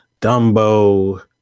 Dumbo